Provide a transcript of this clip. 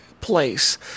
place